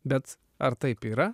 bet ar taip yra